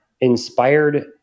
inspired